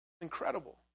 Incredible